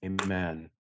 Amen